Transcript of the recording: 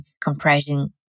comprising